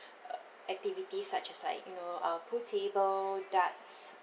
uh activities such as like you know uh pool table darts